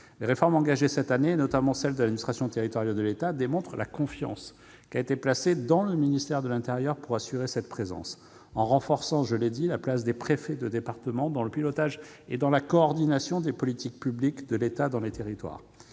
Les réformes engagées cette année, notamment celle de l'administration territoriale de l'État, démontrent la confiance qui a été placée dans le ministère de l'intérieur pour assurer cette présence. Ainsi est renforcée la place des préfets de département dans le pilotage et dans la coordination des politiques publiques de l'État dans les territoires.